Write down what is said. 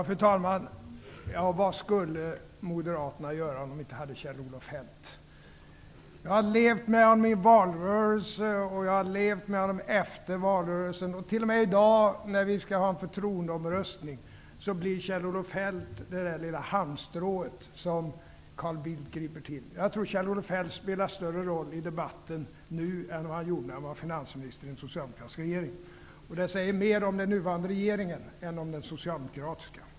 Fru talman! Vad skulle Moderaterna göra, om de inte hade Kjell-Olof Feldt? Jag har levt med honom i valrörelsen och jag har levt med honom efter valrörelsen, och t.o.m. i dag när vi skall ha förtroendeomröstning blir Kjell-Olof Feldt det lilla halmstrå som Carl Bildt griper till. Jag tror att Kjell-Olof Feldt spelar större roll i debatten nu än vad han gjorde när han var finansminister i den socialdemokratiska regeringen. Det säger mer om den nuvarande regeringen än om den socialdemokratiska.